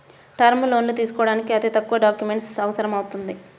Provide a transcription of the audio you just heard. term లోన్లు తీసుకోడానికి అతి తక్కువ డాక్యుమెంటేషన్ అవసరమవుతుంది